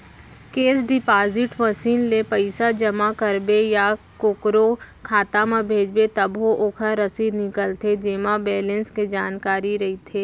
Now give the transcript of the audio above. cash deposit machine ले पइसा जमा करबे या कोकरो खाता म भेजबे तभो ओकर रसीद निकलथे जेमा बेलेंस के जानकारी रइथे